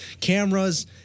cameras